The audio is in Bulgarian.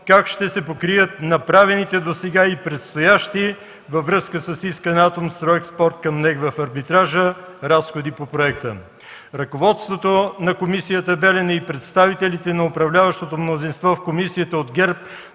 как ще се покрият направените досега и предстоящи във връзка с искане на „Атомстройекспорт” към НЕК в арбитража разходи по проекта? Ръководството на комисията „Белене” и представителите на управляващото мнозинство в комисията от ГЕРБ